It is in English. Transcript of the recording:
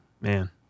man